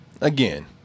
again